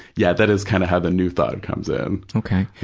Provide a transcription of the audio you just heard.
yeah, that is kind of how the new thought comes in. okay.